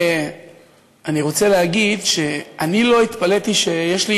אני רוצה להגיד שאני לא התפלאתי שיש לי